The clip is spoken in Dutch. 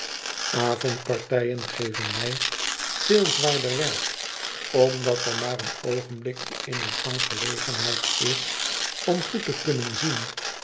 avondpartijen geven mij veel zwaarder werk omdat er maar een oogenblikje in een gang gelegenheid is om goed te kunnen zien